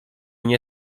nie